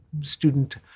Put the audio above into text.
student